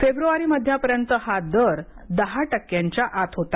फेब्रवारी मध्यापर्यंत हा दर दहा टक्क्यांच्या आत होता